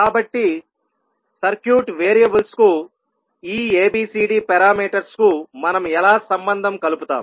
కాబట్టి సర్క్యూట్ వేరియబుల్స్కు ఈ ABCD పారామీటర్స్ కు మనం ఎలా సంబంధం కలుపుతాం